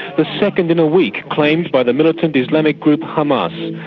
the second in a week claimed by the militant islamic group, hamas.